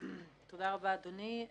תודה רבה אדוני.